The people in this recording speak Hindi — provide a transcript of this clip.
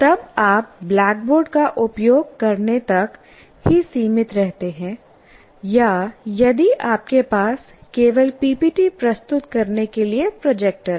तब आप ब्लैकबोर्ड का उपयोग करने तक ही सीमित रहते हैं या यदि आपके पास केवल पीपीटी प्रस्तुत करने के लिए प्रोजेक्टर है